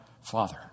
Father